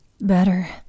Better